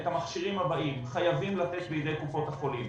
את המכשירים הבאים חייבים לתת בידי קופות החולים.